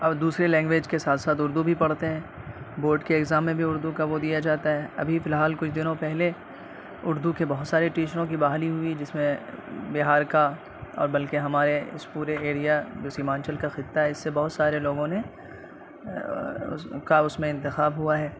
اور دوسری لینگویج کے ساتھ ساتھ اردو بھی پڑھتے ہیں بورڈ کے ایگزام میں بھی اردو کا وہ دیا جاتا ہے ابھی فی الحال کچھ دنوں پہلے اردو کے بہت سارے ٹیچروں کی بحالی ہوئی جس میں بہار کا اور بلکہ ہمارے اس پورے ایریا جو سیمانچل کا خطہ ہے اس سے بہت سارے لوگوں نے کا اس میں انتخاب ہوا ہے